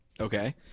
Okay